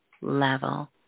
level